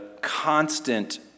constant